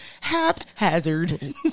haphazard